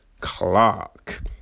Clark